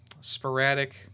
sporadic